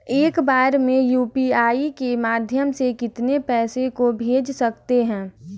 एक बार में यू.पी.आई के माध्यम से कितने पैसे को भेज सकते हैं?